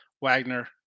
Wagner